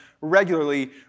regularly